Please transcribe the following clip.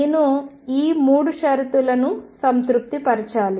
నేను ఈ 3 షరతులను సంతృప్తి పరచాలి